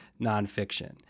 nonfiction